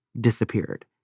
disappeared